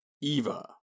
Eva